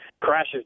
crashes